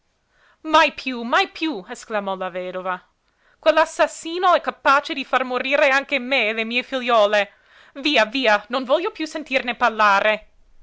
mai piú mai piú esclamò la vedova quell'assassino è capace di far morire anche me e le mie figliuole via via non voglio piú sentirne parlare